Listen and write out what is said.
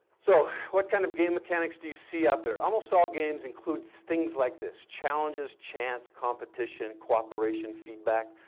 so, what kind of game mechanics do you see out there? almost all games includes things like this, challenges, chance, competition, cooperation, feedback,